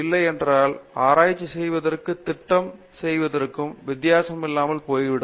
இல்லை என்றால் ஆராய்ச்சி செய்வதற்கும் திட்டம் செய்வதற்கும் வித்தியாசம் இல்லாமல் போய்விடும்